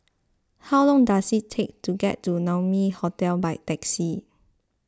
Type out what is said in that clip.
how long does it take to get to Naumi Hotel by taxi